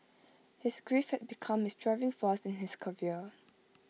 his grief had become his driving force in his career